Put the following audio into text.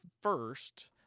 first